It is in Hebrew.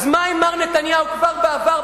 אז מה אם מר נתניהו כבר בעבר,